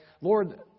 Lord